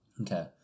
Okay